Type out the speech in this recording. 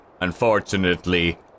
unfortunately